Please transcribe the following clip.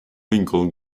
lincoln